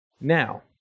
Now